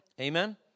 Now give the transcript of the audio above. Amen